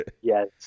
Yes